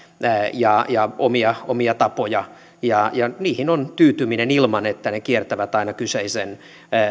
ja ja omia omia tapoja ja ja niihin on tyytyminen ilman että ne kiertävät aina kyseisen